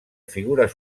figures